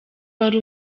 wari